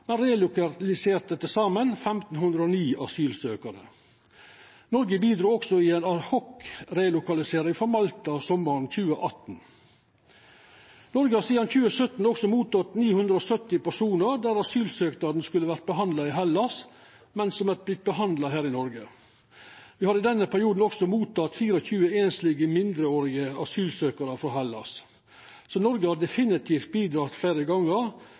saman 1 509 asylsøkjarar. Noreg bidrog også i ei ad hoc-relokalisering frå Malta sommaren 2018. Noreg har sidan 2017 også teke imot 970 personar der asylsøknadene skulle vore behandla i Hellas, men har vorte behandla her i Noreg. Me har i denne perioden også teke imot 24 einslege mindreårige asylsøkjarar frå Hellas. Så Noreg har definitivt